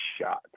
shot